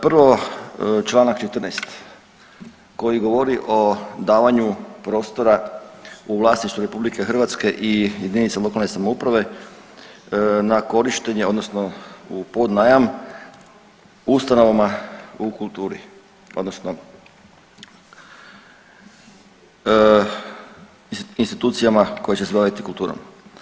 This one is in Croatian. Prvo članak 14. koji govori o davanju prostora u vlasništvu Republike Hrvatske i jedinice lokalne samouprave na korištenje, odnosno u podnajam ustanovama u kulturi, odnosno institucijama koje će se baviti kulturom.